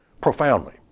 Profoundly